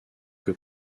que